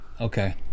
Okay